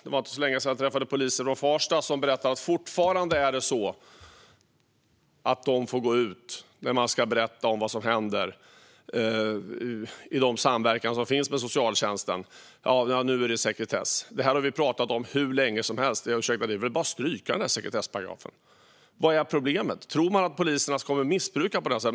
Det var inte så länge sedan som jag träffade poliser i Farsta som berättade att det fortfarande är så att de får gå ut när man ska berätta om vad som händer i samverkan med socialtjänsten. Detta har vi talat om hur länge som helst. Det är väl bara att stryka denna sekretessparagraf. Vad är problemet? Tror man att poliserna kommer att missbruka detta på något sätt?